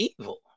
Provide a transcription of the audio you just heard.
evil